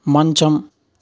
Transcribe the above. మంచం